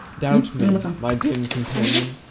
doubt me, my dim companion!